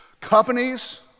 companies